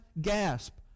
gasp